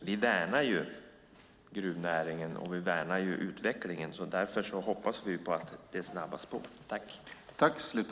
Vi värnar ju gruvnäringen, och vi värnar utvecklingen. Därför hoppas vi att detta snabbas på.